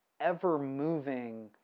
ever-moving